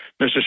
Mr